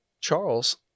Charles